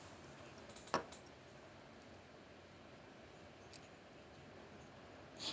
hi